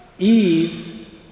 Eve